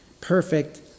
perfect